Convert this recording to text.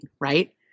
right